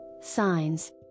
signs